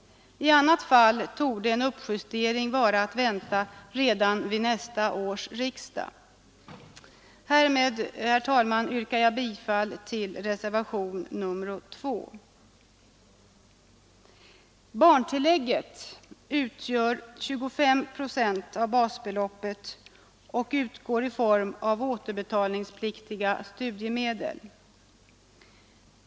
I annat fall torde en uppjustering vara att vänta redan vid nästa års riksdag. Härmed, herr talman, yrkar jag bifall till reservationen 2. Barntillägget utgör 25 procent av basbeloppet och utgår i form av återbetalningspliktiga studiemedel.